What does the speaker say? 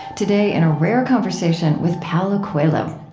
today, in a rare conversation with paulo coelho.